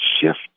shift